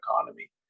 economy